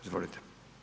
Izvolite.